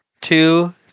two